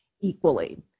equally